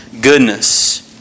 goodness